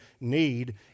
need